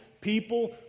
people